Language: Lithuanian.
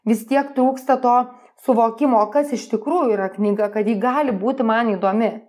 vis tiek trūksta to suvokimo kas iš tikrųjų yra knyga kad ji gali būti man įdomi